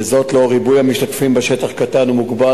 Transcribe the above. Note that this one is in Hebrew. לנוכח ריבוי המשתתפים בשטח קטן ומוגבל.